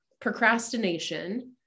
procrastination